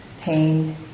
pain